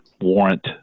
warrant